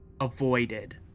avoided